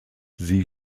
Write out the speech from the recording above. sie